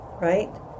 right